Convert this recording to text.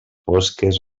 fosques